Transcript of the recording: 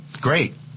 Great